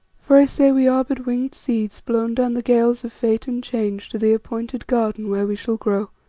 for i say we are but winged seeds blown down the gales of fate and change to the appointed garden where we shall grow,